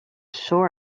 sure